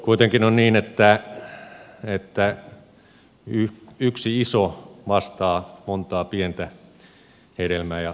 kuitenkin on niin että yksi iso vastaa montaa pientä hedelmää ja rangaistustakin